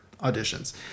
auditions